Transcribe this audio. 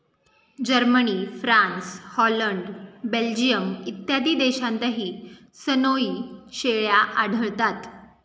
Germany, France, Holland, Belgium इत्यादी देशांतही सनोई शेळ्या आढळतात